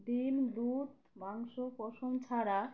ডিম দুধ মাংস ছাড়া